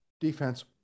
Defense